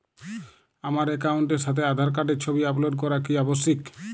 আমার অ্যাকাউন্টের সাথে আধার কার্ডের ছবি আপলোড করা কি আবশ্যিক?